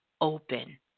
open